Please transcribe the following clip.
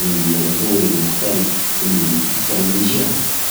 الاسترخاء والتأمل واشياء كثيرة.